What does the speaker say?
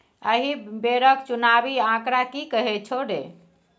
एहि बेरक चुनावी आंकड़ा की कहैत छौ रे